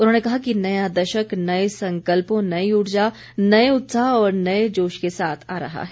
उन्होंने कहा कि नया दशक नए संकल्पों नई ऊर्जा नए उत्साह और नए जोश के साथ आ रहा है